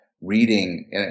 reading